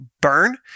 burn